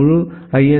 இந்த முழு ஐ